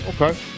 Okay